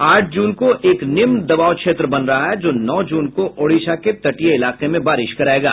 आठ जून को एक निम्न दबाव क्षेत्र बन रहा है जो नौ जून को ओडिशा के तटीय इलाके में बारिश करायेगा